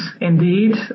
indeed